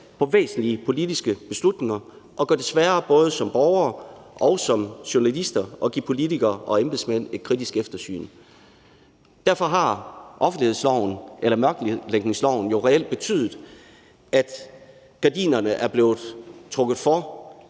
om væsentlige politiske beslutninger og gør det sværere både som borger og som journalist at give politikere og embedsmænd et kritisk eftersyn. Derfor har offentlighedsloven eller mørklægningsloven jo reelt betydet, at gardinerne er blevet trukket for